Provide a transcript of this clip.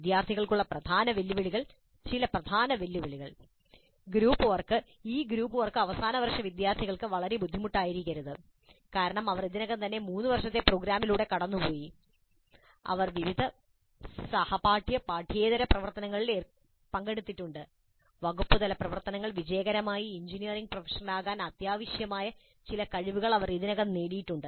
വിദ്യാർത്ഥികൾക്കുള്ള പ്രധാന വെല്ലുവിളികൾ ചില പ്രധാന വെല്ലുവിളികൾ ഗ്രൂപ്പ് വർക്ക് ഈ ഗ്രൂപ്പ് വർക്ക് അവസാന വർഷ വിദ്യാർത്ഥികൾക്ക് വളരെ ബുദ്ധിമുട്ടായിരിക്കരുത് കാരണം അവർ ഇതിനകം 3 വർഷത്തെ പ്രോഗ്രാമിലൂടെ കടന്നുപോയി അവർ വിവിധ സഹപാഠ്യ പാഠ്യേതര പ്രവർത്തനങ്ങളിൽ പങ്കെടുത്തിട്ടുണ്ട് വകുപ്പുതല പ്രവർത്തനങ്ങൾ വിജയകരമായ എഞ്ചിനീയറിംഗ് പ്രൊഫഷണലാകാൻ ആവശ്യമായ ചില കഴിവുകൾ അവർ ഇതിനകം നേടിയിട്ടുണ്ട്